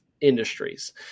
industries